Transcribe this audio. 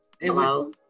hello